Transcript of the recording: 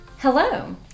Hello